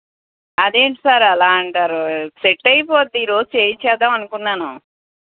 అదేంటి సార్ అలా అంటారు సెట్ అయిపోతుంది ఈ రోజు చేయించేద్దామని అనుకున్నాను